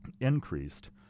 increased